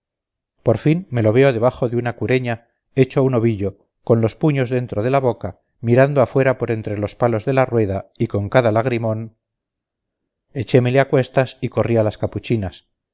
por fin me lo veo debajo de una cureña hecho un ovillo con los puños dentro de la boca mirando afuera por entre los palos de la rueda y con cada lagrimón echémele a cuestas y corrí a las capuchinas